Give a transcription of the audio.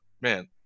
man